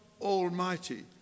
almighty